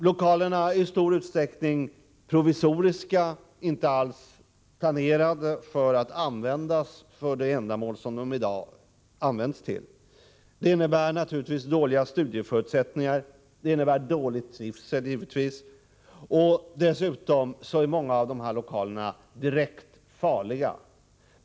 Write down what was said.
Lokalerna är i stor utsträckning provisoriska och inte alls planerade för att användas för det ändamål som de i dag nyttjas till. Det innebär naturligtvis dåliga studieförutsättningar, och det innebär givetvis dålig trivsel. Dessutom är många av lokalerna direkt farliga.